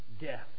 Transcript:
death